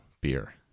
beer